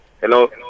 Hello